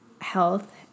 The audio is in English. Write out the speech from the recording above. health